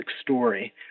story